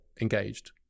engaged